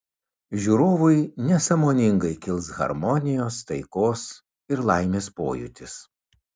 žiūrovui nesąmoningai kils harmonijos taikos ir laimės pojūtis